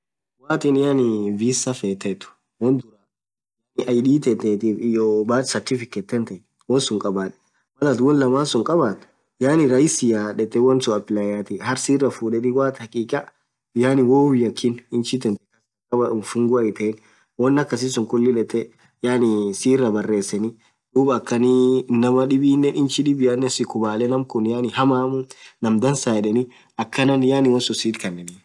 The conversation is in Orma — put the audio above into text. Woathin yaani visa fethethu wonn dhurani Id thanthefiii iyyo birth certificate won suun khabadh Mal atin won lamman suun khabathu yaani rahisia dhethee wonn sunn apliayathi harkh siraa fudheni hakika woyyu hikakhi inch tanthee kass wafungwa hi itheinn won akhasisun khuli dhethe sirra bareseni dhub akhaniii inamaa dhibinen inch dhibiane sikubale ñaam khun yaani hamammu ñaam dhansaa yedheni akhan yaani wonsun sitth khanenii